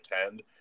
attend